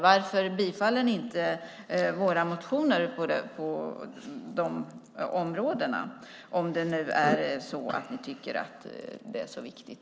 Varför bifaller ni inte våra motioner på de områdena om det är så att ni tycker att det är så viktigt?